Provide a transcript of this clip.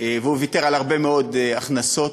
והוא ויתר על הרבה מאוד הכנסות,